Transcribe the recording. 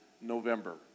November